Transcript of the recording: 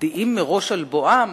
מודיעים מראש על בואם?